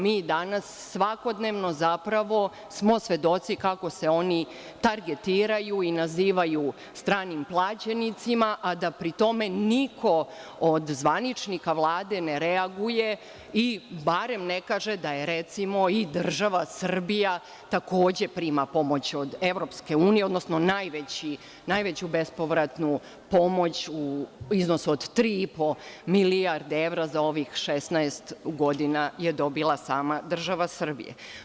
Mi danas svakodnevno zapravo smo svedoci kako se oni targetiraju i nazivaju stranim plaćenicima, a da pri tome niko od zvaničnika Vlade ne reaguje ili barem ne kaže da, recimo, i država Srbija takođe prima pomoć od EU, odnosno najveću bespovratnu pomoć, u iznosu od 3,5 milijarde evra za ovih 16 godina, dobila je sama država Srbija.